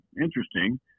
interesting